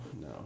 no